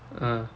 ah